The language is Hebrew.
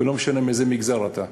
ולא משנה מאיזה מגזר אתה.